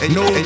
no